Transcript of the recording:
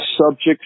subjects